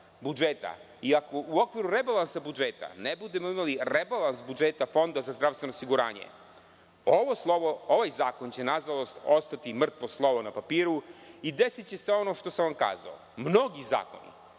iako u okviru rebalansa budžeta ne budemo imali rebalans budžeta Fonda za zdravstveno osiguranje ovaj zakon će nažalost, ostati mrtvo slovo na papiru. Desiće se ono što sam vam rekao - mnogi zakoni